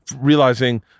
realizing